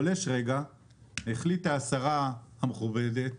השרה המכובדת